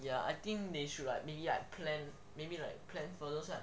ya I think they should like maybe like plan maybe like plan for those like